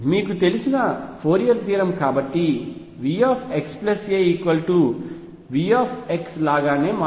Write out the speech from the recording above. మీకు తెలిసిన Fourier theorem కాబట్టి V xa V లాగానే మారుతుంది